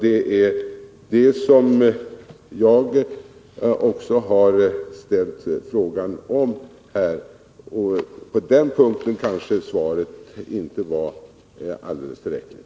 Det är vad jag har berört i min fråga, och på den punkten är svaret kanske inte alldeles tillräckligt.